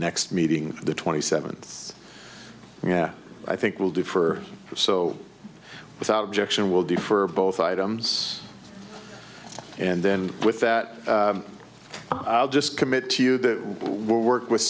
next meeting of the twenty seventh yeah i think will differ so without objection will do for both items and then with that i'll just commit to you that we work with